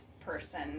person